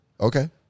Okay